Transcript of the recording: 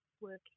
working